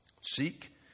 Seek